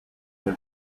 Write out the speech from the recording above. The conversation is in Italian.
nel